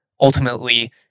Ultimately